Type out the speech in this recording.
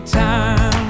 time